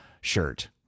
shirt